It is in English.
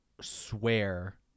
swear